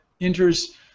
enters